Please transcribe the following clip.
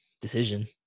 decision